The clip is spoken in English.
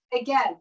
again